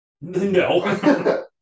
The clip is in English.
No